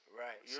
right